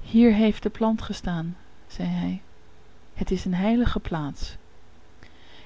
hier heeft de plant gestaan zei hij het is een heilige plaats